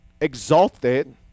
exalted